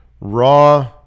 Raw